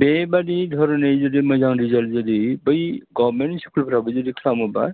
बेबायदि धरनै जुदि मोजां रिजाल्ट जुदि बै गभर्नमेन्ट स्कुलफोराबो जुदि खालामोबा